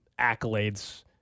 accolades